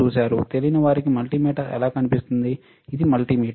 తెలియని వారికి మల్టీమీటర్ ఎలా కనిపిస్తుంది ఇది మల్టీమీటర్